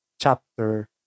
chapter